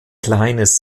kleines